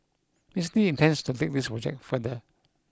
Miss Lin intends to take this project further